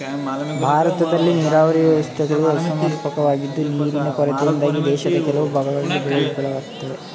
ಭಾರತದಲ್ಲಿ ನೀರಾವರಿ ವ್ಯವಸ್ಥೆಗಳು ಅಸಮರ್ಪಕವಾಗಿದ್ದು ನೀರಿನ ಕೊರತೆಯಿಂದಾಗಿ ದೇಶದ ಕೆಲವು ಭಾಗಗಳಲ್ಲಿ ಬೆಳೆ ವಿಫಲವಾಗಯ್ತೆ